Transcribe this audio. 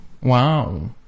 Wow